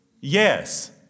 yes